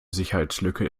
sicherheitslücke